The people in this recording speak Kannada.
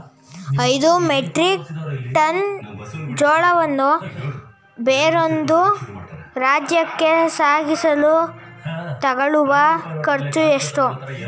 ಐದು ಮೆಟ್ರಿಕ್ ಟನ್ ಜೋಳವನ್ನು ಬೇರೊಂದು ರಾಜ್ಯಕ್ಕೆ ಸಾಗಿಸಲು ತಗಲುವ ಖರ್ಚು ಎಷ್ಟು?